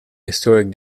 historic